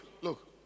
look